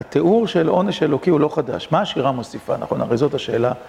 התיאור של עונש אלוקי הוא לא חדש, מה השירה מוסיפה, נכון? הרי זאת השאלה.